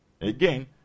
Again